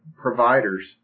providers